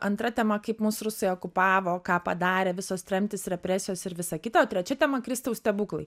antra tema kaip mus rusai okupavo ką padarė visos tremtys represijos ir visa kita o trečia tema kristaus stebuklai